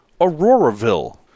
Auroraville